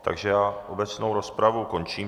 Takže obecnou rozpravu končím.